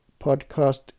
podcast